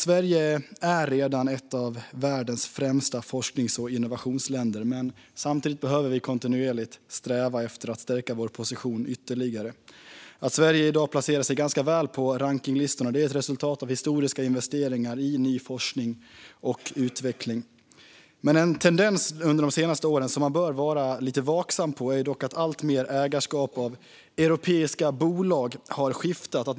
Sverige är redan ett av världens främsta forsknings och innovationsländer, men vi behöver kontinuerligt sträva efter att stärka vår position ytterligare. Att Sverige i dag placerar sig ganska väl på rankningslistorna är ett resultat av historiska investeringar i ny forskning och utveckling. En tendens under de senaste åren som man bör vara lite vaksam på är dock att alltmer ägarskap av europeiska bolag har skiftat.